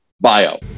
bio